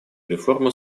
реформу